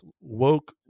woke